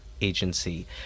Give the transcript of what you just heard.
Agency